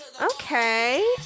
Okay